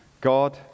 God